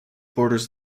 borders